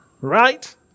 right